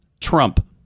Trump